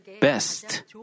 best